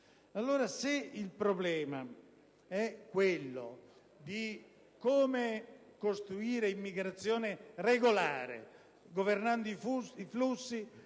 se il problema è quello di come costruire immigrazione regolare governando i flussi,